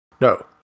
No